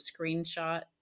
screenshot